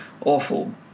awful